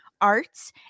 arts